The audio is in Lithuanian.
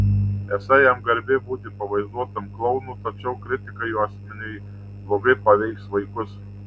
esą jam garbė būti pavaizduotam klounu tačiau kritika jo asmeniui blogai paveiks vaikus